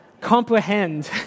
comprehend